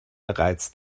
bereits